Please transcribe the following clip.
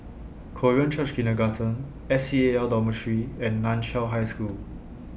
Korean Church Kindergarten S C A L Dormitory and NAN Chiau High School